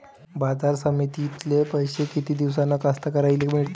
बाजार समितीतले पैशे किती दिवसानं कास्तकाराइले मिळते?